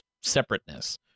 separateness